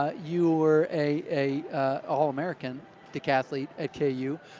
ah you were a a all american decathlon at k u,